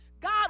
God